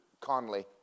Conley